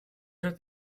ერთ